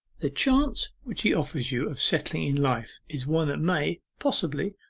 the chance which he offers you of settling in life is one that may possibly,